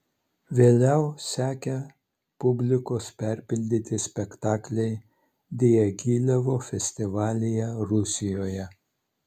vėliau sekė publikos perpildyti spektakliai diagilevo festivalyje rusijoje